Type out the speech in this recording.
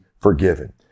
forgiven